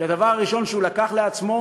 שהדבר הראשון שהוא קיבל על עצמו